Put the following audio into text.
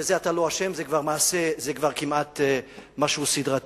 ובזה אתה לא אשם וזה כבר כמעט משהו סדרתי,